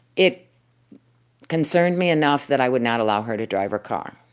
it concerned me enough that i would not allow her to drive her car.